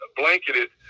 blanketed